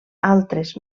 altres